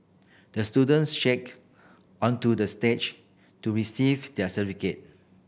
the student onto the stage to receive their certificate